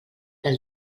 del